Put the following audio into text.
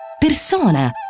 persona